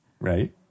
Right